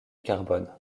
carbone